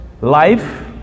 life